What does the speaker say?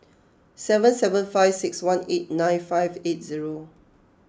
seven seven five six one eight nine five eight zero